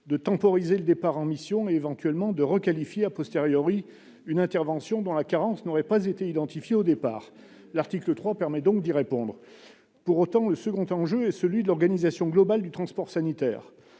de temporiser le départ en mission et, éventuellement, de requalifier une intervention dont la carence n'aurait pas été identifiée au départ. L'article 3 permet d'y répondre. Le second enjeu est celui de l'organisation globale du transport sanitaire.